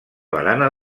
barana